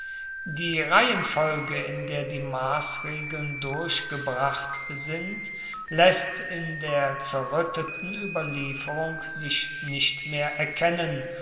die reihenfolge in der die maßregeln durchgebracht sind läßt in der zerrütteten überlieferung sich nicht mehr erkennen